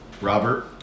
Robert